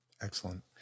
Excellent